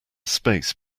space